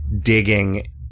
digging